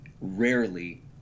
rarely